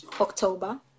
October